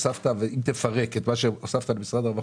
אם תפרק את מה שהוספת למשרד הרווחה,